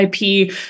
IP